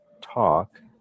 talk